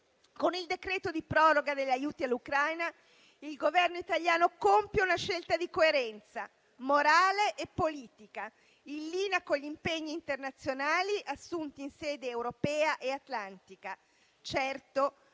Con il decreto di proroga degli aiuti all'Ucraina, il Governo italiano compie una scelta di coerenza morale e politica, in linea con gli impegni internazionali assunti in sede europea e atlantica.